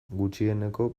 gutxieneko